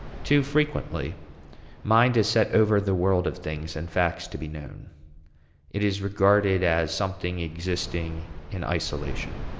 too frequently mind is set over the world of things and facts to be known it is regarded as something existing in isolation,